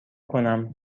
کنم